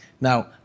Now